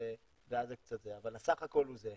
אבל הסך הכול הוא זהה.